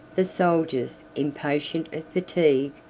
the soldiers, impatient of fatigue,